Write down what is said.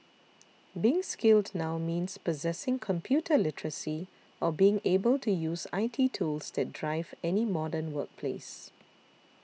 being skilled now means possessing computer literacy or being able to use I T tools that drive any modern workplace